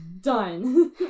done